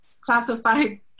classified